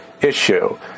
issue